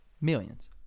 millions